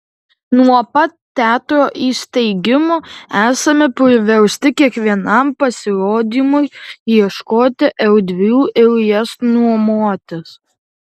nuo pat teatro įsteigimo esame priversti kiekvienam pasirodymui ieškoti erdvių ir jas nuomotis